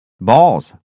balls